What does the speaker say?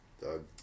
Doug